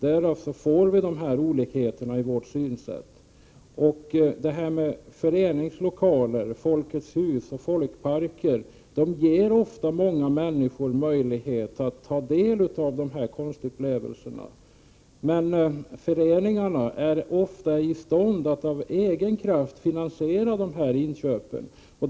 Därför har vi ett annat synsätt. Föreningslokaler — Folkets hus och folkparker — ger ofta många människor möjlighet att ta del av dessa konstupplevelser. Men föreningarna är ofta ej i stånd att av egen kraft finansiera inköpen.